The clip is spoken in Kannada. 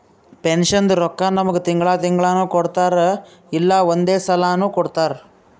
ಪೆನ್ಷನ್ದು ರೊಕ್ಕಾ ನಮ್ಮುಗ್ ತಿಂಗಳಾ ತಿಂಗಳನೂ ಕೊಡ್ತಾರ್ ಇಲ್ಲಾ ಒಂದೇ ಸಲಾನೂ ಕೊಡ್ತಾರ್